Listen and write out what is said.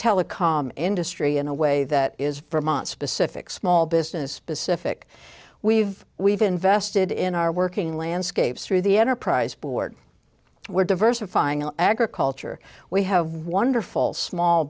telecom industry in a way that is for months specific small business specific we've we've invested in our working landscapes through the enterprise board we're diversifying our agriculture we have wonderful small